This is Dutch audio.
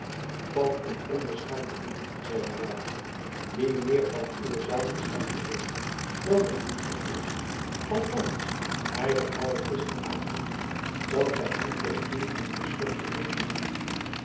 van een onbeschaamden dief zeide reinout die meer van uwe zaken schijnt te weten dan wel dienstig is althans hij verhaalde gisteravond dat gij hem voor den dienst des bisschops geworven hadt